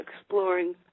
exploring